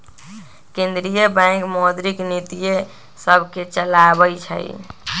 केंद्रीय बैंक मौद्रिक नीतिय सभके चलाबइ छइ